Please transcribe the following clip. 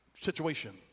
situation